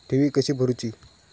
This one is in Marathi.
ठेवी कशी भरूची?